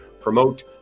promote